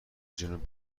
جنوب